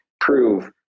prove